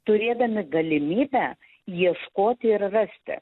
turėdami galimybę ieškoti ir rasti